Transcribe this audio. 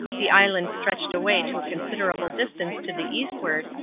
the island stretched away to a considerable distance to the eastward,